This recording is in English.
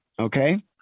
okay